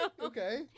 Okay